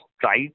try